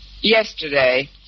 Yesterday